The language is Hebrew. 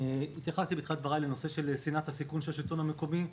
התייחסתי בתחילת דבריי לשנאת הסיכון של השלטון המקומי.